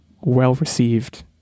well-received